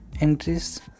Entries